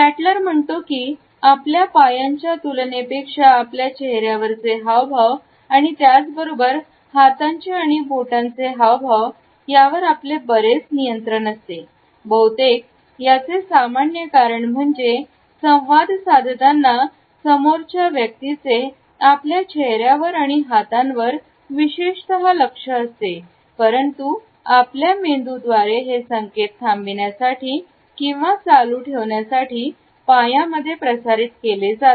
स्टॅल्टर म्हणतो की आपल्या पायांच्या तुलनेपेक्षा आपल्या चेहर्यावरचे हावभाव आणि त्याचबरोबर हातांची आणि बोटांचे हवं यावर आपले बरेच नियंत्रण असते बहुतेक याचे सामान्य कारण म्हणजे संवाद साधताना समोरच्या व्यक्तीचे आपल्या चेहऱ्यावर आणि हातांवर विशेषता लक्ष असते परंतु आपल्या मेंदू द्वारे हे संकेत थांबविण्यासाठी किंवा चालू ठेवण्यासाठी पायांमध्ये प्रसारित केले जातात